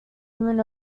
human